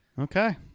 okay